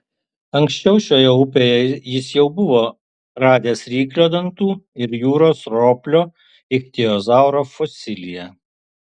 anksčiau šioje upėje jis jau buvo radęs ryklio dantų ir jūros roplio ichtiozauro fosiliją